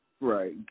Right